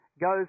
goes